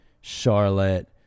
charlotte